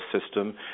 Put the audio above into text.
system